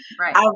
Right